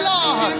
Lord